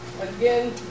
Again